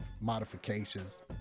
modifications